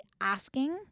asking